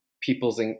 people's